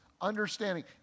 understanding